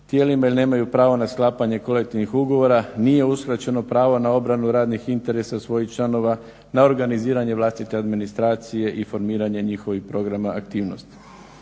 tijelima jel nemaju pravo na sklapanje kolektivnih ugovora nije uskraćeno pravo na obranu radnih interesa svojih članova, na organiziranje vlastite administracije i formiranje njihovih programa aktivnosti.